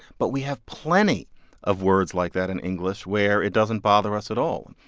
but we have plenty of words like that in english where it doesn't bother us at all.